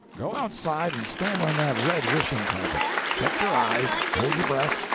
go outside and stand on that red wishing-carpet shut your eyes, hold your breath,